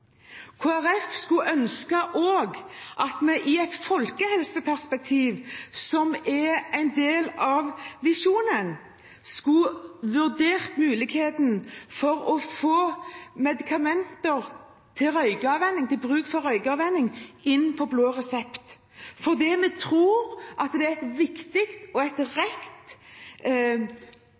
skulle også ønske at vi i et folkehelseperspektiv, som er en del av visjonen, hadde vurdert muligheten for å få medikamenter til bruk for røykavvenning på blå resept. Vi tror det er en viktig og riktig måte å jobbe på med hensyn til folkehelseperspektivet. Det er et